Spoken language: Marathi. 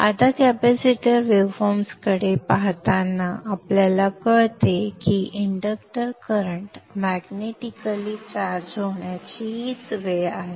आता कॅपेसिटर वेव्हफॉर्म्सकडे पाहताना आपल्याला कळते की इंडक्टर करंट मॅग्नेटिकलि चार्ज होण्याची हीच वेळ आहे